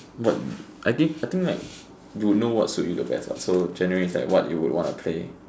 what I think I think like you would know what suit you the best lah so like generally is what would you wanna play